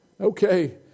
Okay